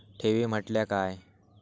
ठेवी म्हटल्या काय?